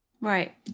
right